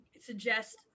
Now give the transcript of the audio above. suggest